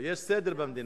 יש סדר במדינה.